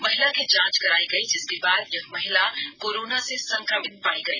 महिला की जांच कराई गई जिसके बाद यह महिला कोरोना से संक्रमित पाई गई